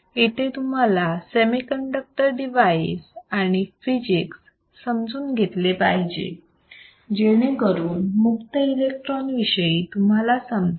इथे तुम्हाला semiconductor device आणि फिजिक्स समजून घेतले पाहिजे जेणेकरून मुक्त इलेक्ट्रॉन विषयी तुम्हाला समजेल